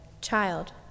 Child